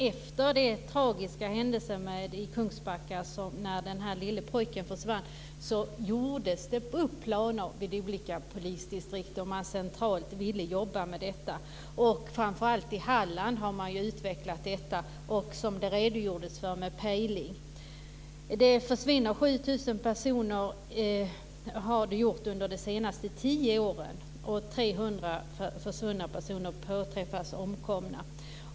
Efter den tragiska händelsen i Kungsbacka när den lille pojken försvann gjordes det upp planer i olika polisdistrikt, och man ville centralt jobba med detta. Framför allt i Halland har man utvecklat pejlingen, som det har redogjorts för här. Det har försvunnit 7 000 personer under de senaste tio åren, och 300 försvunna har påträffats omkomna.